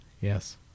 Yes